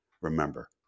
remember